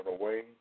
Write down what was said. away